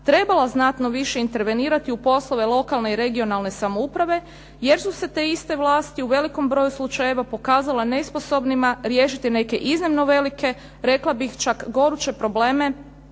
trebala znatno više intervenirati u poslove lokalne i regionalne samouprave jer su se te iste vlasti u velikom broju slučajeva pokazala nesposobnima riješiti neke iznimno velike, rekla bih čak goruće probleme